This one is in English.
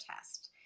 test